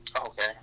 Okay